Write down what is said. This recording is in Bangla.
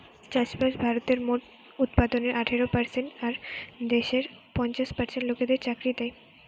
চাষবাস ভারতের মোট উৎপাদনের আঠারো পারসেন্ট আর দেশের পঞ্চাশ পার্সেন্ট লোকদের চাকরি দ্যায়